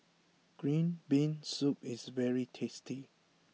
Green Bean Soup is very tasty